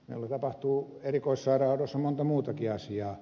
meillä tapahtuu erikoissairaanhoidossa monta muutakin asiaa